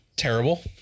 Terrible